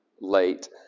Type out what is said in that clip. late